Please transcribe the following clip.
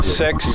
six